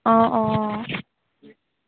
অঁ অঁ